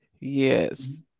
Yes